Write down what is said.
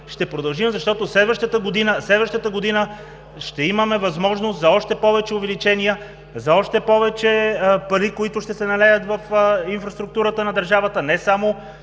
Ще продължим, защото следващата година ще имаме възможност за още повече увеличения, за още повече пари, които ще се налеят в инфраструктурата на държавата, не само